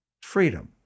freedom